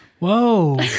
Whoa